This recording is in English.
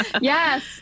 Yes